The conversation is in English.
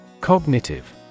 Cognitive